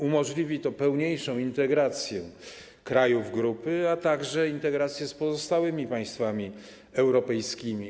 Umożliwi to pełniejszą integrację krajów grupy, a także integrację z pozostałymi państwami europejskimi.